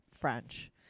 French